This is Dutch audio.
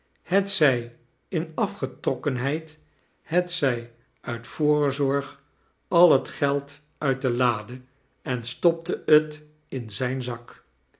hetzij in afgetrokkenlieid hetaij nit voorzorg al het geld uit de lade en stopte het in iijh zak